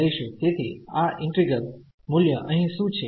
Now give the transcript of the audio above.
તેથી આ ઈન્ટિગ્રલ મૂલ્ય અહીં શું છે